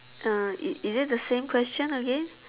uh is it the same question again